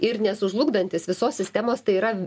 ir nesužlugdantis visos sistemos tai yra